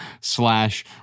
slash